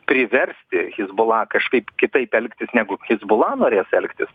priversti hizbula kažkaip kitaip elgtis negu hizbula norės elgtis